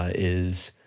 is